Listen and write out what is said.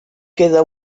queda